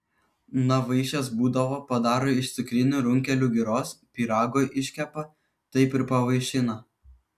na vaišės būdavo padaro iš cukrinių runkelių giros pyrago iškepa taip ir pavaišina